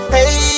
Hey